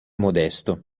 modesto